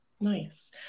Nice